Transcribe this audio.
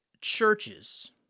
churches